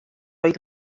oedd